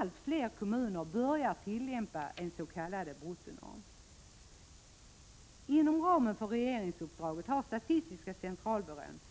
Allt fler kommuner börjar tillämpa en s.k. bruttonorm. Inom ramen för regeringsuppdraget har SCB